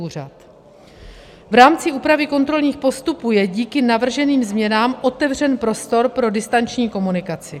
V rámci úpravy kontrolních postupů je díky navrženým změnám otevřen prostor pro distanční komunikaci.